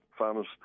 farmers